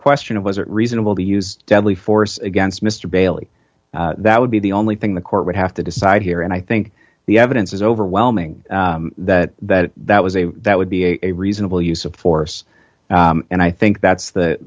question of was it reasonable to use deadly force against mr bailey that would be the only thing the court would have to decide here and i think the evidence is overwhelming that that that was a that would be a reasonable use of force and i think that's th